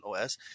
OS